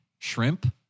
shrimp